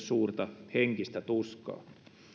suurta henkistä tuskaa